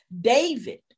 David